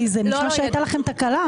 כי זה נשמע שהייתה לכם תקלה.